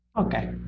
Okay